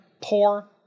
poor